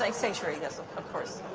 like sanctuary, yes, ah of course.